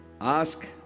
Ask